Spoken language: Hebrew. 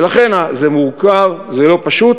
ולכן, זה מורכב, זה לא פשוט,